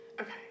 Okay